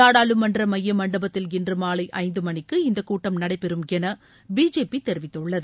நாடாளுமன்ற மைய மண்டபத்தில் இன்று மாலை ஐந்து மணிக்கு இந்தக் கூட்டம் நடைபெறும் என்று பிஜேபி தெரிவித்துள்ளது